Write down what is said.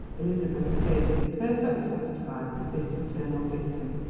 elizabeth appeared to be perfectly satisfied with this paternal dictum.